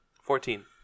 Fourteen